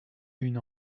une